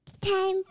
Time